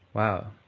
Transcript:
wow.